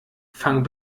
fang